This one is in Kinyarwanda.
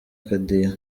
akadiho